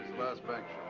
last bank